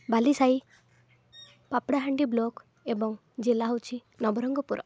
Balisahi Papadahandi block ଏବଂ ଜିଲ୍ଲା ହଉଚି ନବରଙ୍ଗପୁର